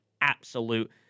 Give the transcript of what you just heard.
absolute